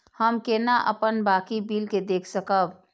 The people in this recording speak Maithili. हम केना अपन बाकी बिल के देख सकब?